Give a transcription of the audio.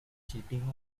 cheating